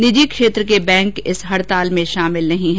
निजी क्षेत्र के बैंक इस हड़ताल में शामिल नहीं हैं